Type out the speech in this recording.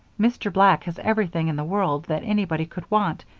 mr. black has everything in the world that anybody could want,